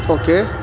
okay